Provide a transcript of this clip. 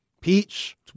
peach